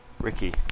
Ricky